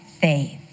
faith